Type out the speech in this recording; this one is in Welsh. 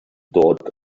dod